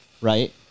right